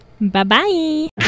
Bye-bye